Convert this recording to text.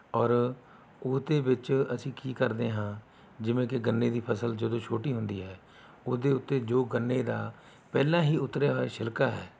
ਔਰ ਉਹਦੇ ਵਿੱਚ ਅਸੀਂ ਕੀ ਕਰਦੇ ਹਾਂ ਜਿਵੇਂ ਕਿ ਗੰਨੇ ਦੀ ਫ਼ਸਲ ਜਦੋਂ ਛੋਟੀ ਹੁੰਦੀ ਹੈ ਉਹਦੇ ਉੱਤੇ ਜੋ ਗੰਨੇ ਦਾ ਪਹਿਲਾਂ ਹੀ ਉਤਰਿਆ ਹੋਇਆ ਛਿਲਕਾ ਹੈ